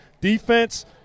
Defense